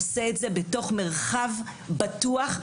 עושה את זה בתוך מרחב בטוח,